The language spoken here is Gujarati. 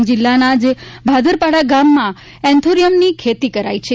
ડાંગ જિલ્લાના જ ભાદરપાડા ગામમાં એન્થોરિયમની ખેતી કરાઈ છે